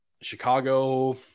Chicago –